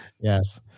yes